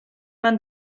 man